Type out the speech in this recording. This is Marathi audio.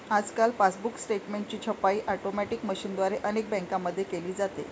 आजकाल पासबुक स्टेटमेंटची छपाई ऑटोमॅटिक मशीनद्वारे अनेक बँकांमध्ये केली जाते